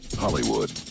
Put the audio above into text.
Hollywood